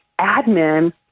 admin